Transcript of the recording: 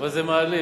אבל זה מעליב,